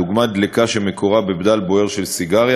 דוגמת דלקה שמקורה בבדל בוער של סיגריה,